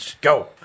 go